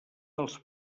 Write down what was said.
als